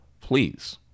please